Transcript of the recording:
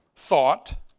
thought